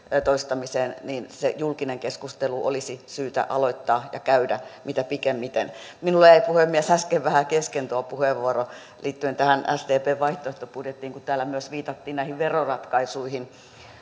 toistamiseen niin se julkinen keskustelu olisi syytä aloittaa ja käydä mitä pikimmiten minulla jäi puhemies äsken vähän kesken tuo puheenvuoro liittyen tähän sdpn vaihtoehtobudjettiin kun täällä myös viitattiin näihin veroratkaisuihin